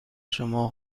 شما